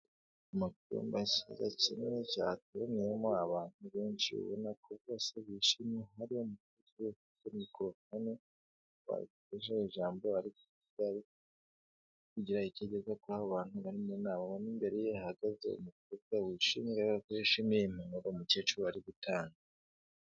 Amakuru mashya ya kimwe cyateraniyemo abantu benshi ubona ko bose bishimye hari umukozi we kuko bakuje ijambo ariko byari kugira icyogeza ku bantu bari nabona imbere ye ahagaze umukuta wishimimwe ko yishimiye iyi m impanuro umukecuru ari gutanga.